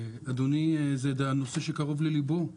זה נושא שקרוב לליבו של